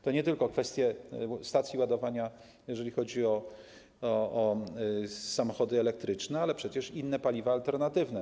To nie tylko kwestie stacji ładowania, jeżeli chodzi o samochody elektryczne, ale przecież inne paliwa alternatywne.